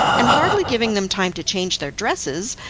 and hardly giving them time to change their dresses,